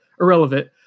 irrelevant